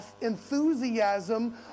enthusiasm